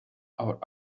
our